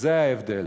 וזה ההבדל.